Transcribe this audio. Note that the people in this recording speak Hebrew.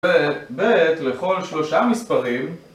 ב' ב' לכל שלושה מספרים